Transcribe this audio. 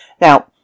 Now